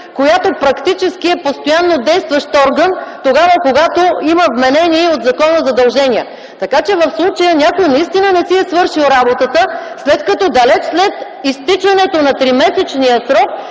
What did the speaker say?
която практически е постоянно действащ орган, тогава когато има вменени от закона задължения. Така че в случая някой наистина не си е свършил работата, след като далеч след изтичането на тримесечния срок,